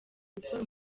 gukora